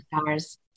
stars